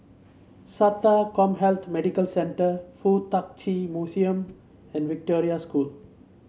SATA CommHealth Medical Centre FuK Tak Chi Museum and Victoria School